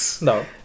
no